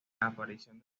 aparición